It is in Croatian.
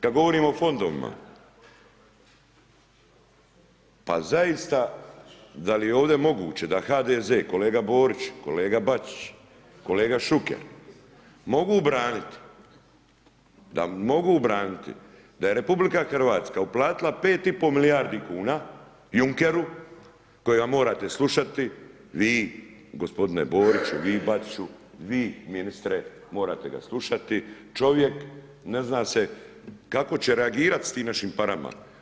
Kad govorimo o fondovima pa zaista da li je ovdje moguće da HDZ kolega Borić, kolega Bačić, kolega Šuker mogu branit, da mogu braniti da je RH uplatila 5,5 milijardi kuna Junkeru kojega morate slušati vi gospodine Borić, vi Bačiću, vi ministre morate ga slušati, čovjek ne zna se kako će reagirat s tim našim parama.